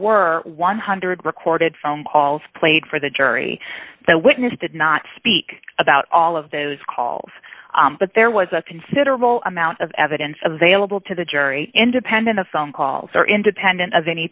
were one hundred recorded phone calls played for the jury the witness did not speak about all of those calls but there was a considerable amount of evidence available to the jury independent of phone calls or independent of any